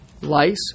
lice